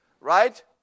Right